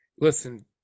listen